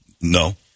No